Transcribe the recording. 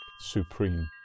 Supreme